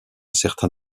certain